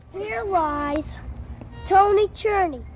here lies tony churney,